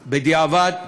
בדיעבד,